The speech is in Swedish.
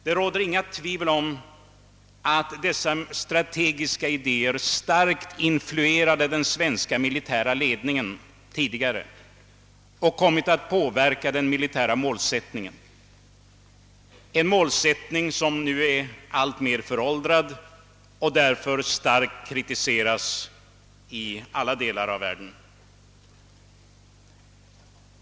Det råder inga tvivel om att dessa strategiska idéer tidigare starkt influerade den svenska militära ledningen och att de har kommit att påverka den militära målsättningen, en målsättning som blir alltmer föråldrad och därför starkt kritiseras i alla delar av världen.